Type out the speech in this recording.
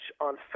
on